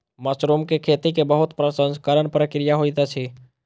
mushroom के खेती के बहुत प्रसंस्करण प्रक्रिया होइत अछि